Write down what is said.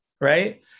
right